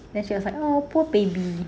then she was like oh poor baby